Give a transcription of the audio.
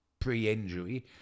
pre-injury